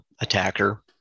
attacker